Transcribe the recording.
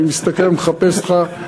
אני מסתכל, מחפש אותך.